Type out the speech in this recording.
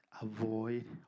Avoid